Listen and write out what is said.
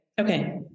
Okay